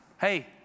Hey